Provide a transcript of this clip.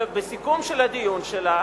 ובסיכום של הדיון שלה